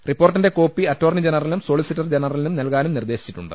റിപ്പോർട്ടിന്റെ copy attorney ജനറലിനും solicitor ജനറലിനും നൽകാനും നിർദേശിച്ചിട്ടുണ്ട്